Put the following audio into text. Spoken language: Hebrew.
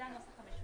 הנוסח המשולב.